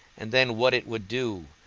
and then what it would do,